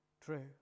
true